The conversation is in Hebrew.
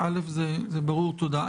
זה ברור, תודה.